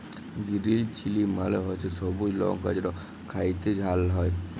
গিরিল chilli মালে হছে সবুজ লংকা যেট খ্যাইতে ঝাল হ্যয়